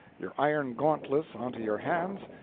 your iron gauntlets onto your hands,